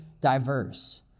diverse